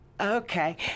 okay